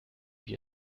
wir